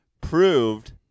proved